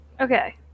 Okay